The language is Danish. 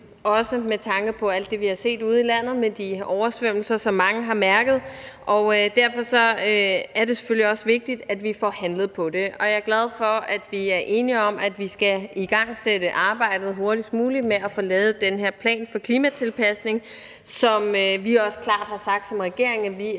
også med tanke på alt det, vi har set ude i landet med de oversvømmelser, som mange har mærket, og derfor er det selvfølgelig også vigtigt, at vi får handlet på det. Jeg er glad for, at vi er enige om, at vi skal igangsætte arbejdet hurtigst muligt med at få lavet den her plan for klimatilpasning, som vi som regering også